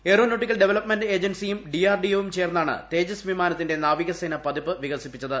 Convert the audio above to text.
aeronautical development ഏജൻസിയും ഡിആർഡിഒയും ചേർന്നാണ് തേജസ് വിമാനത്തിന്റെ നാവികസേനാ പതിപ്പ് വികസിപ്പിച്ചത്